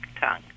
tongue